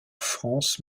france